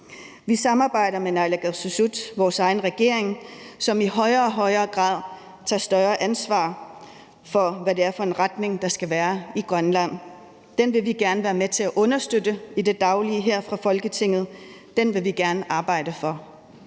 Vi samarbejder med naalakkersuisut, vores egen regering, som i højere og højere grad tager et større ansvar for, hvad det er for en retning der skal være i Grønland, og den vil vi gerne være med til at understøtte i det daglige her fra Folketinget, og den vil vi gerne arbejde for.